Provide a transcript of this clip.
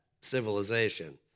civilization